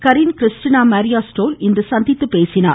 கரின் Christina Maria Stoll இன்று சந்தித்தார்